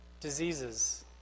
diseases